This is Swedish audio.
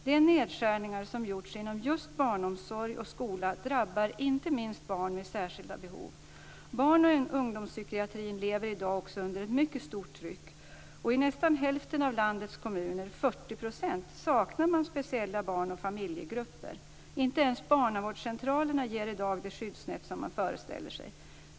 De nedskärningar som har gjorts inom just barnomsorg och skola drabbar inte minst barn med särskilda behov. Barnoch ungdomspsykiatrin lever i dag under ett mycket stort tryck. I nästan hälften av landets kommuner, Inte ens barnavårdscentralerna ger i dag det skyddsnät som man föreställer sig.